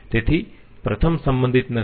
તેથી પ્રથમ સંબંધિત નથી